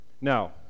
Now